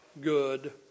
good